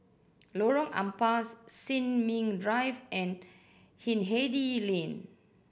Lorong Ampas Sin Ming Drive and Hindhede Lane